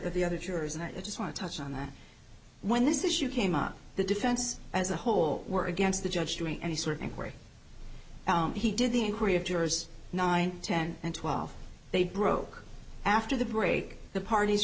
of the other jurors and i just want to touch on that when this issue came up the defense as a whole were against the judge doing any sort of inquiry he did the inquiry of jurors nine ten and twelve they broke after the break the parties